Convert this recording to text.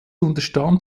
unterstand